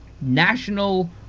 National